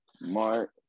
Mark